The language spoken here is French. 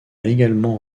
également